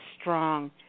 strong